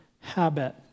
habit